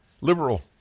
liberal